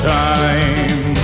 time